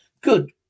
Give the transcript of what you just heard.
Good